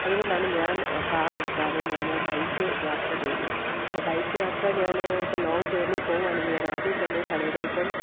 അതുകൊണ്ടാണ് ഞാൻ കാർ എടുക്കാതെ ഞാൻ ബൈക്ക് യാത്ര ചെയ്യുന്നത് ഇപ്പം ബൈക്ക് യാത്ര ഞാൻ ഇപ്പം ലോങ്ങ് ജേർണി പോകുവാണെങ്കിൽ ഞാൻ ആദ്യം തന്നെ തലേദിവസം